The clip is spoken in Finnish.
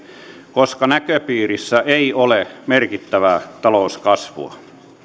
koska näköpiirissä ei ole merkittävää talouskasvua